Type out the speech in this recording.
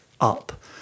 up